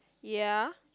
ya